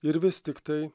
ir vis tiktai